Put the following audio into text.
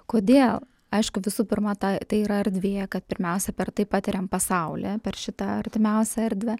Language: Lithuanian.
kodėl aišku visų pirma ta tai yra erdvė kad pirmiausia per tai patiriam pasaulį per šitą artimiausią erdvę